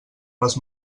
les